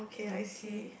um okay